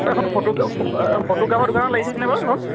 এইখন ফটো ফটোগ্ৰাফাৰৰ দোকানত লাগিছেনে বাৰু এইখন